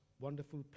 wonderful